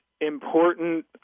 important